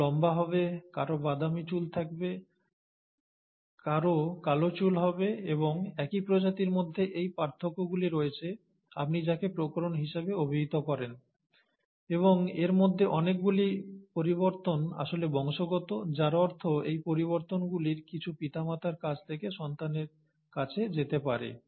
কেউ লম্বা হবে কারও বাদামি চুল থাকবে কারও কালো চুল হবে এবং একই প্রজাতির মধ্যে এই পার্থক্যগুলি রয়েছে আপনি যাকে প্রকরণ হিসাবে অভিহিত করেন এবং এর মধ্যে অনেকগুলি পরিবর্তন আসলে বংশগত যার অর্থ এই পরিবর্তনগুলির কিছু পিতামাতার কাছ থেকে সন্তানের কাছে যেতে পারে